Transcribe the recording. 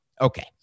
Okay